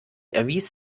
erwies